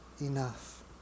enough